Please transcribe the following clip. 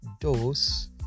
dose